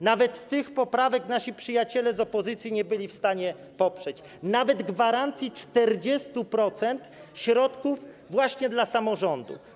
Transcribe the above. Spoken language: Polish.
Nawet tych poprawek nasi przyjaciele z opozycji nie byli w stanie poprzeć, nawet gwarancji 40% środków właśnie dla samorządów.